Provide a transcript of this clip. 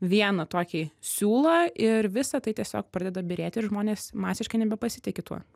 vieną tokį siūlą ir visa tai tiesiog pradeda byrėti ir žmonės masiškai nebepasitiki tuo